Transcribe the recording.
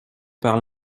par